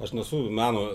aš nesu meno